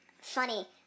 funny